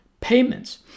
payments